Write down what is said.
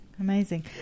Amazing